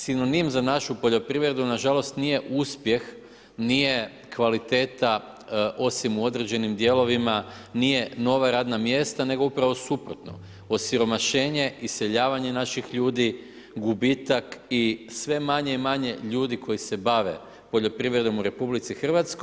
Sinonim za našu poljoprivredu nažalost nije uspjeh, nije kvaliteta osim u određenim dijelovima, nije nova radna mjesta nego upravo suprotno, osiromašenje, iseljavanje naših ljudi, gubitak i sve manje i manje ljudi koji se bave poljoprivredom u RH.